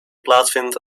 plaatsvindt